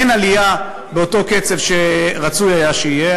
אין עלייה באותו קצב שרצוי היה שיהיה.